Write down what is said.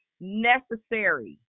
necessary